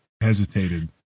hesitated